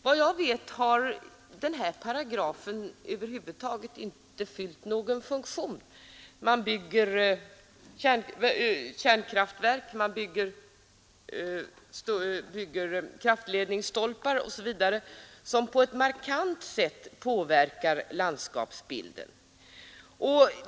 Vad jag vet har den här paragrafen över huvud taget inte fyllt någon funktion. Man bygger kärnkraftverk, man sätter upp kraftledningsstolpar osv., som på ett markant sätt påverkar landskapsbilden.